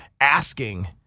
asking